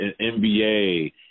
NBA